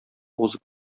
узып